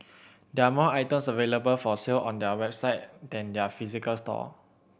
there are more items available for sale on their website than their physical store